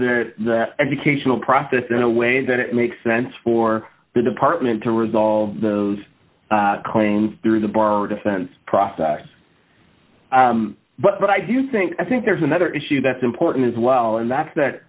at the educational process in a way that it makes sense for the department to resolve those claims through the bar or defense process but i do think i think there's another issue that's important as well and that